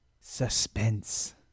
Suspense